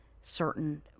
certain